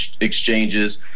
exchanges